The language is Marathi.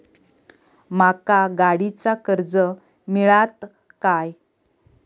माका गाडीचा कर्ज मिळात काय?